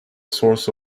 source